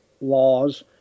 laws